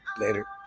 later